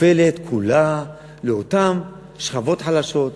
נופלת כולה לאותן שכבות חלשות,